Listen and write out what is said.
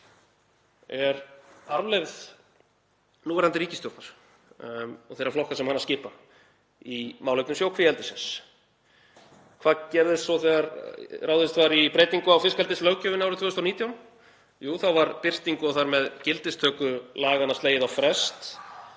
er arfleifð núverandi ríkisstjórnar og þeirra flokka sem hana skipa í málefnum sjókvíaeldis. Hvað gerðist svo þegar ráðist var í breytingu á fiskeldislöggjöfinni árið 2019? Jú, þá var birtingu og þar með gildistöku laganna slegið á frest